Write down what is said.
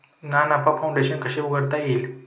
ना नफा फाउंडेशन कशी उघडता येईल?